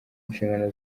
nshingano